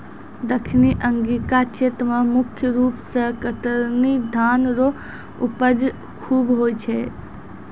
दक्खिनी अंगिका क्षेत्र मे मुख रूप से कतरनी धान रो उपज खूब होय छै